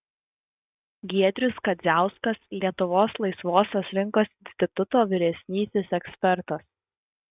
giedrius kadziauskas lietuvos laisvosios rinkos instituto vyresnysis ekspertas